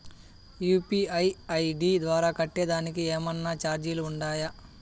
UPI ID ద్వారా కట్టేదానికి ఏమన్నా చార్జీలు ఉండాయా?